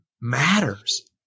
matters